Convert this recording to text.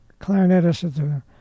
clarinetist